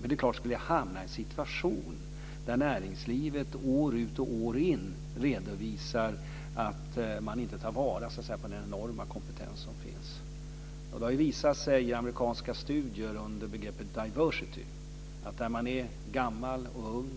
Men det blir annat om vi skulle hamna i en situation där näringslivet år ut och år in redovisar att man inte tar vara på den enorma kompetens som finns. Amerikanska studier under begreppet diversity har visat att företag med personal där man är gammal och ung,